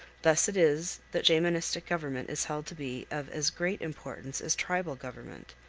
thus it is that shamanistic government is held to be of as great importance as tribal government,